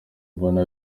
mbona